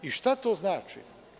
Šta to znači?